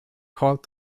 called